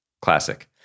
Classic